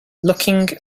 looking